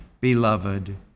Beloved